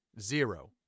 zero